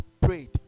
prayed